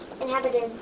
inhabited